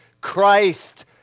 Christ